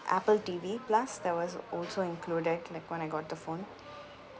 apple T_V plus that was also included like when I got the phone